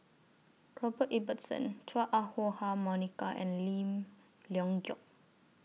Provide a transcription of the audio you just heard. Robert Ibbetson Chua Ah Huwa Monica and Lim Leong Geok